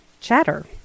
chatter